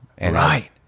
Right